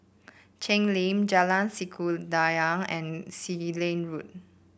Cheng Lim Jalan Sikudangan and Sealand Road